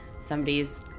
somebody's